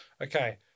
okay